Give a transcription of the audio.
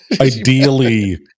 ideally